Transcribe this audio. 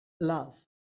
love